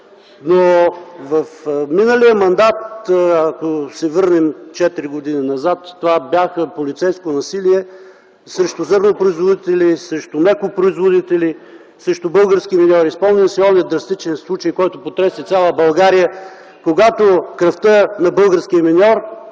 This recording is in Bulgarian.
В миналия мандат, ако се върнем четири години назад, това бяха полицейски насилия срещу зърнопроизводители, срещу млекопроизводители, срещу български миньори. Спомням си драстичния случай, който потресе цяла България, когато кръвта на български миньор